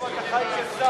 איפה אתה חי כשר.